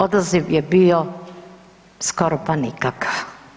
Odaziv je bio skoro pa nikakav.